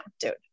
dude